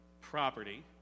property